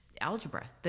Algebra